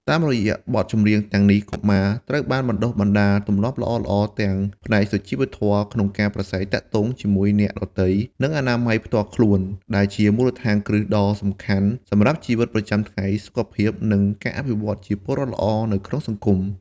តាមរយៈបទចម្រៀងទាំងនេះ កុមារត្រូវបានបណ្ដុះបណ្ដាលទម្លាប់ល្អៗទាំងផ្នែកសុជីវធម៌ក្នុងការប្រាស្រ័យទាក់ទងជាមួយអ្នកដទៃ និងអនាម័យផ្ទាល់ខ្លួន ដែលជាមូលដ្ឋានគ្រឹះដ៏សំខាន់សម្រាប់ជីវិតប្រចាំថ្ងៃ សុខភាព និងការអភិវឌ្ឍជាពលរដ្ឋល្អនៅក្នុងសង្គម។